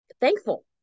thankful